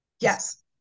Yes